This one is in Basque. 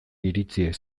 iritsiak